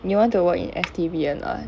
you want to work in S_T_B or not